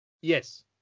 yes